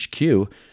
HQ